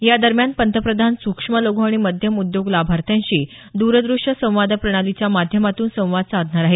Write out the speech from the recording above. यादरम्यान पंतप्रधान सुक्ष्म लघू आणि मध्यम उद्योग लाभर्थ्यांशी द्रद्रश्य संवाद प्रणालीच्या माध्यमातून संवाद साधणार आहेत